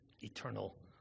eternal